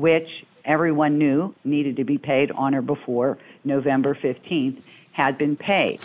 which everyone knew needed to be paid on or before november th had been paid